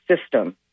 system